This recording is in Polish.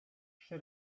trzy